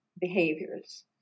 behaviors